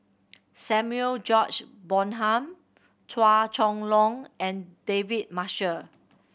Samuel George Bonham Chua Chong Long and David Marshall